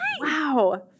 Wow